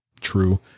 true